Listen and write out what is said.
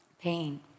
pain